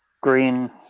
Green